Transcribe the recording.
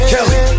Kelly